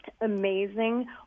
amazing